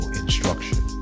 instruction